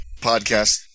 podcast